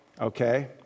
okay